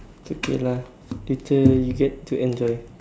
it's okay lah later you get to enjoy